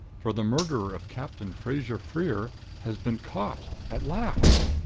for the murderer of captain fraser-freer has been caught at last!